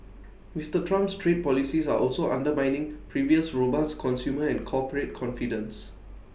Mister Trump's trade policies are also undermining previously robust consumer and corporate confidence